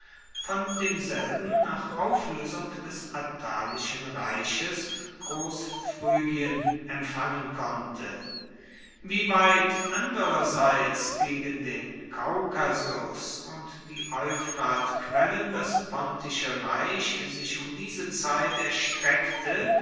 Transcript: von demselben nach auflösung des attalischen reiches großphrygien empfangen konnte wie weit andererseits gegen den kaukasus und die euphratquellen das pontische reich sich um diese zeit erstreckte